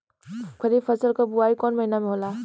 खरीफ फसल क बुवाई कौन महीना में होला?